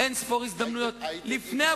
במקום להקים ממשלת אחדות שתשנה את השיטה,